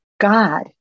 God